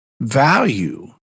value